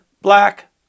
black